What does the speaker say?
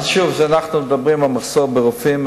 שוב, אנחנו מדברים על מחסור ברופאים.